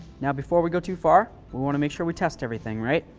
now before we go too far, we want to make sure we test everything, right.